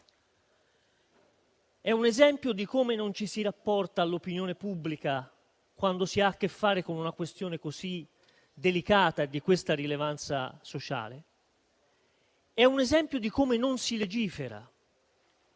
È un esempio di come non ci si rapporta all'opinione pubblica quando si ha a che fare con una questione così delicata e di questa rilevanza sociale, ed è un esempio di come non si legifera.